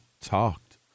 talked